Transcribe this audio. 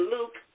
Luke